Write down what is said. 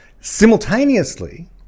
Simultaneously